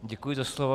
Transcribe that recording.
Děkuji za slovo.